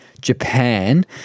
Japan